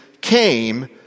came